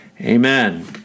amen